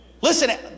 Listen